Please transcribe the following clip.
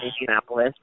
Indianapolis